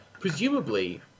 presumably